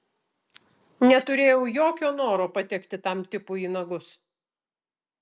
neturėjau jokio noro patekti tam tipui į nagus